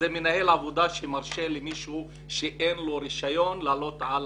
זה מנהל עבודה שמרשה למישהו שאין לו רישיון לעלות על